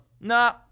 nah